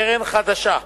קרן חדשה: